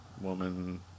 woman